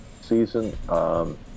season